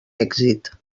èxit